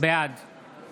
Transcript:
בעד